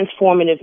transformative